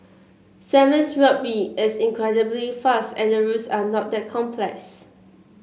Sevens Rugby is incredibly fast and the rules are not that complex